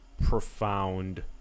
profound